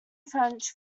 french